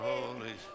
Holy